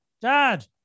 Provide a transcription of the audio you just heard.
Dad